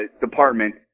department